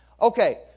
Okay